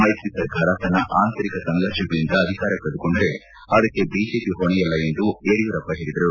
ಮೈತ್ರಿ ಸರ್ಕಾರ ತನ್ನ ಅಂತರಿಕ ಸಂಘರ್ಷಗಳಿಂದ ಅಧಿಕಾರ ಕಳೆದುಕೊಂಡರೆ ಅದಕ್ಕೆ ಬಿಜೆಪಿ ಹೊಣೆಯಲ್ಲ ಎಂದು ಯಡಿಯೂರಪ್ಪ ಹೇಳಿದರು